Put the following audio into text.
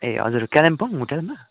ए हजुर कालिम्पोङ होटलमा